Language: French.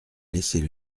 laisser